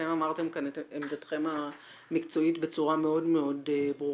אתם אמרתם כאן את עמדתכם המקצועית בצורה מאוד ברורה.